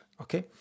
okay